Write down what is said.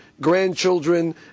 grandchildren